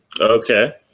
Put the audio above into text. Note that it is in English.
Okay